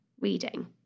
reading